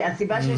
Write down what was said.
אוכלוסייה.